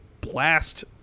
blast